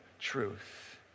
truth